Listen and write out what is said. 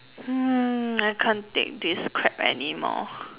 hmm I can't take this crap anymore